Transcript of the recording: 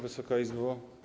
Wysoka Izbo!